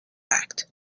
act